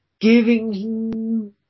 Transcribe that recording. Giving